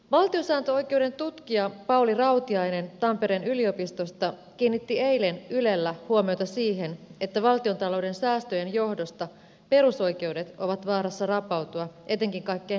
valtiosääntöoikeuden tutkija pauli rautiainen tampereen yliopistosta kiinnitti eilen ylellä huomiota siihen että valtiontalouden säästöjen johdosta perusoikeudet ovat vaarassa rapautua etenkin kaikkein heikoimpien kohdalla